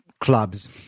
Clubs